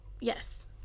yes